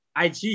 IG